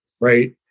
right